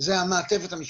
זו המעטפת המשפחתית.